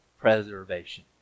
preservation